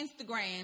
Instagram